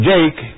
Jake